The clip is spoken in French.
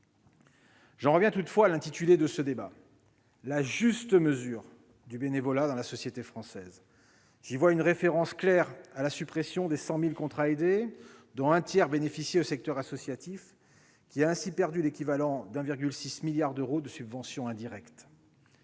J'en reviens toutefois à l'intitulé de ce débat :. J'y vois une référence claire à la suppression de 100 000 contrats aidés, dont un tiers bénéficiait au secteur associatif, qui a ainsi perdu l'équivalent de 1,6 milliard d'euros de subventions indirectes.